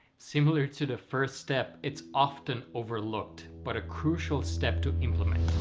similar to the first step, it's often overlooked, but a crucial step to implement.